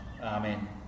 Amen